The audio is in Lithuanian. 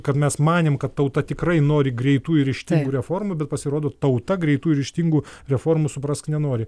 kad mes manėm kad tauta tikrai nori greitų ryžtingų reformų bet pasirodo tauta greitų ryžtingų reformų suprask nenori